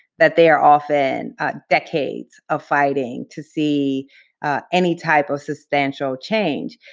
that they are often decades of fighting to see any type of substantial change.